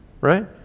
right